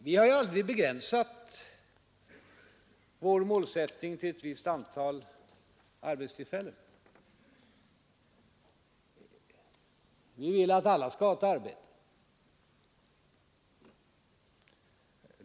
Vi har aldrig begränsat vår målsättning till ett visst antal arbetstillfällen. Vi vill att alla skall ha ett arbete.